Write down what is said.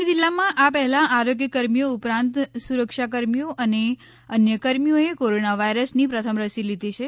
ડાંગ જિલ્લામાં આ પહેલાં આરોગ્યકર્મીઓ ઉપરાંત સુરક્ષાકર્મીઓ અને અન્ય કર્મીઓએ કોરોના વાઈરસની પ્રથમ રસી લીધી છે